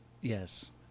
Yes